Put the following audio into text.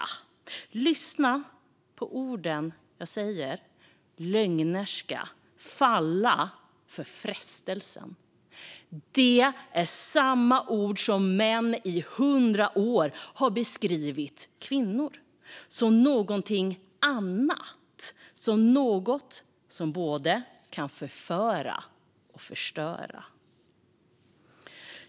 Lyssna på orden jag säger: lögnerska, falla för frestelsen. Det är samma ord som män i hundra år har beskrivit kvinnor med - som någonting annat, som något som kan både förföra och förstöra.